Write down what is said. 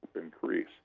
increase